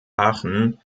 aachen